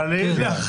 חלילה.